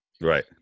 Right